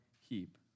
heap